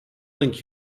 link